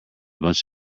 bunch